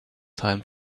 time